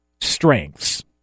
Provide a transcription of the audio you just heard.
Strengths